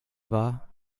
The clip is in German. war